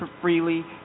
freely